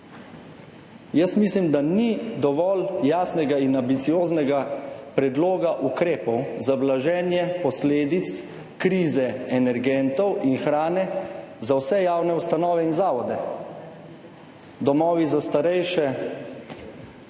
Jaz mislim, da ni dovolj jasnega in ambicioznega predloga ukrepov za blaženje posledic krize energentov in hrane za vse javne ustanove in zavode. Domovi za starejše,